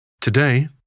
Today